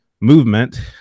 movement